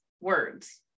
words